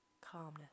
Calmness